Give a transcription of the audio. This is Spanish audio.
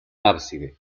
ábside